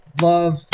love